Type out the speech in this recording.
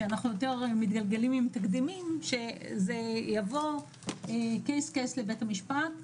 שבהן יש תקדימים שמגיעים תיק-תיק לבית המשפט.